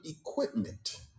equipment